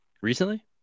recently